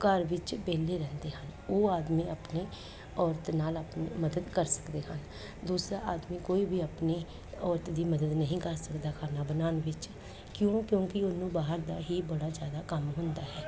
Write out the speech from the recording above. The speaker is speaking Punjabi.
ਘਰ ਵਿੱਚ ਵਿਹਲੇ ਰਹਿੰਦੇ ਹਨ ਉਹ ਆਦਮੀ ਆਪਣੇ ਔਰਤ ਨਾਲ ਆਪਣੀ ਮਦਦ ਕਰ ਸਕਦੇ ਹਨ ਦੂਸਰਾ ਆਦਮੀ ਕੋਈ ਵੀ ਆਪਣੀ ਔਰਤ ਦੀ ਮਦਦ ਨਹੀਂ ਕਰ ਸਕਦਾ ਖਾਣਾ ਬਣਾਉਣ ਵਿੱਚ ਕਿਉਂ ਕਿਉਂਕਿ ਉਹਨੂੰ ਬਾਹਰ ਦਾ ਹੀ ਬੜਾ ਜ਼ਿਆਦਾ ਕੰਮ ਹੁੰਦਾ ਹੈ